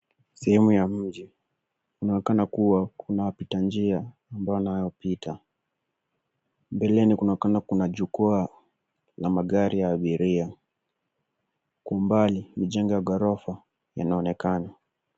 Sehemu ya mji unaonekana kuwa kuna wapita njia ambao wanapita. Mbele kunaonekana kuna jukwaa la magari ya abiria. Kwa umbali ni jengo ya ghorofa inaonekana.